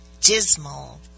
dismal